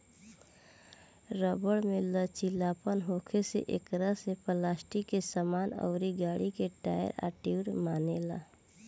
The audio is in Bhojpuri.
रबर में लचीलापन होखे से एकरा से पलास्टिक के सामान अउर गाड़ी के टायर आ ट्यूब बनेला